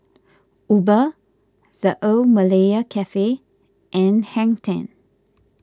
Uber the Old Malaya Cafe and Hang ten